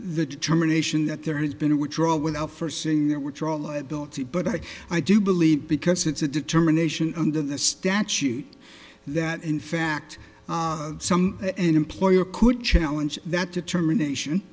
the determination that there has been a withdrawal without first seeing there were draw liability but i do believe because it's a determination under the statute that in fact some employer could challenge that determination